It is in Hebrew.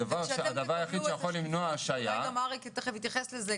הדבר היחיד שיכול למנוע השעיה --- תכף אריק יתייחס לזה.